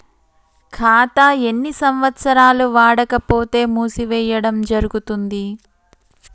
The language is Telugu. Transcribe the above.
ఖాతా ఎన్ని సంవత్సరాలు వాడకపోతే మూసివేయడం జరుగుతుంది?